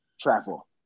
travel